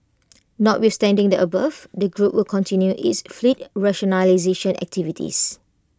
notwithstanding the above the group will continue its fleet rationalisation activities